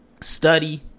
study